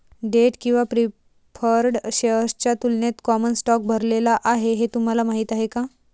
Date किंवा preferred शेअर्सच्या तुलनेत कॉमन स्टॉक भरलेला आहे हे तुम्हाला माहीत आहे का?